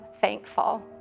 thankful